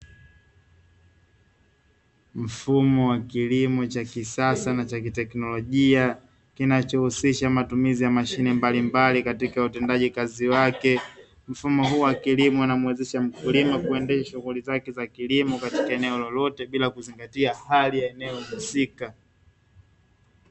Mfumo wa kilimo cha kisasa na cha kiteknolojia kinachohusisha matumizi ya mashine mbalimbali katika utendaji kazi wake. mfumo huu wa kilimo unamuwezesha mkulima kuendesha shughuli zake za kilimo katika eneo lolote bila kuzingatia hali ya eneo husika.